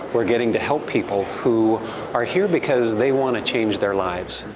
we're getting to help people who are here because they want to change their lives.